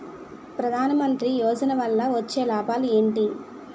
ప్రధాన మంత్రి యోజన వల్ల వచ్చే లాభాలు ఎంటి?